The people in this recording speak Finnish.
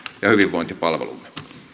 ja hyvinvointipalvelumme